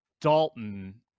Dalton